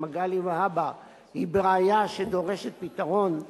מגלי והבה היא בראייה שדורשת פתרון,